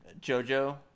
Jojo